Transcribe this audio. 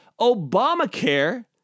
Obamacare